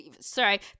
sorry